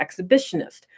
exhibitionist